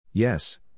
Yes